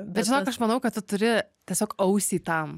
bet žinok aš manau kad tu turi tiesiog ausį tam